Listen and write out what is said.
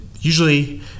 usually